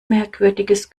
merkwürdiges